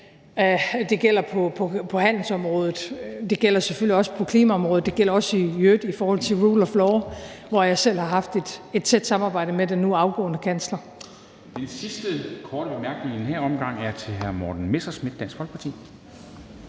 det gælder på handelsområdet, og det gælder selvfølgelig også på klimaområdet, og det gælder i øvrigt også i forhold til rule of law, hvor jeg selv har haft et tæt samarbejde med den nu afgående kansler. Kl. 00:27 Formanden (Henrik Dam Kristensen): De sidste korte bemærkninger i denne omgang er fra hr. Morten Messerschmidt, Dansk Folkeparti.